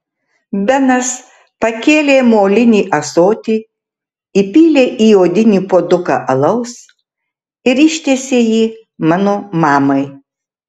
benas pakėlė molinį ąsotį įpylė į odinį puoduką alaus ir ištiesė jį mano mamai